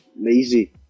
lazy